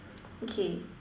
okay